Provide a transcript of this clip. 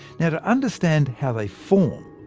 yeah to understand how they form,